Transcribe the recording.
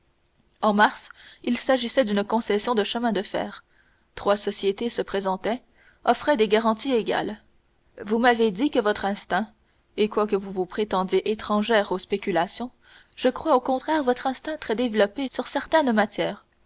en mars il s'agissait d'une concession de chemin de fer trois sociétés se présentaient offraient des garanties égales vous m'avez dit que votre instinct et quoique vous vous prétendiez étrangère aux spéculations je crois au contraire votre instinct très développé sur certaines matières